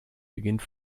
beginnt